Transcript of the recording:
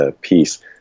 piece